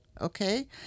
okay